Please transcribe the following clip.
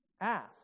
Ask